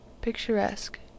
picturesque